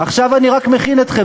עכשיו אני רק מכין אתכם,